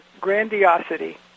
grandiosity